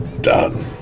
done